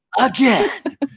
again